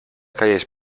calles